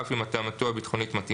אף אם התאמתו הביטחונית מתאימה,